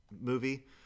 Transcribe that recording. movie—